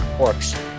Works